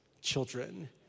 children